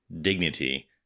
dignity